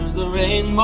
the rain